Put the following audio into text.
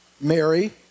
Mary